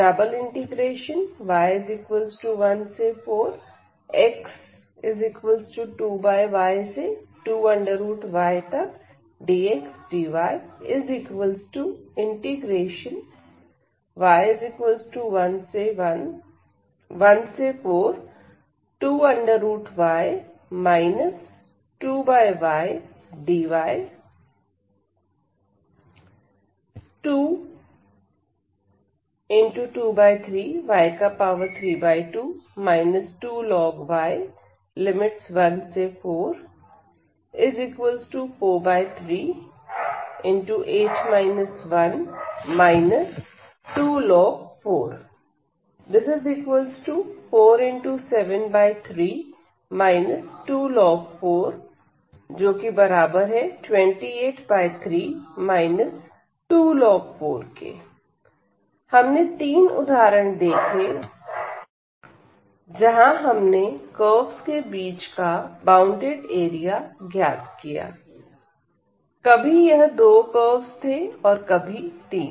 y14x2y2ydxdyy112y 2ydy 2×23 y32 2 y 14438 1 2 4 4×73 2 4 283 2 4 हमने तीन उदाहरण देखें जहां हमने कर्वस के बीच का बॉउंडेड एरिया ज्ञात किया कभी यह दो कर्वस थे और कभी तीन